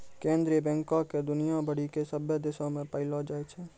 केन्द्रीय बैंको के दुनिया भरि के सभ्भे देशो मे पायलो जाय छै